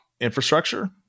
infrastructure